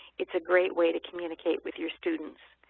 it's a great way to communicate with your students.